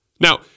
Now